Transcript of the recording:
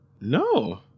No